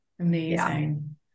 amazing